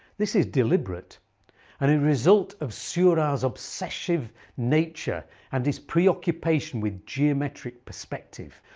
this is deliberate and a result of seurat's obsessive nature and his preoccupation with geometric perspective.